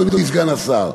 אדוני סגן השר.